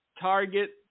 Target